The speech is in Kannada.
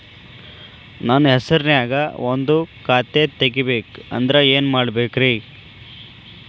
ನನ್ನ ಹೆಸರನ್ಯಾಗ ಒಂದು ಖಾತೆ ತೆಗಿಬೇಕ ಅಂದ್ರ ಏನ್ ಮಾಡಬೇಕ್ರಿ?